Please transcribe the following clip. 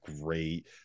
great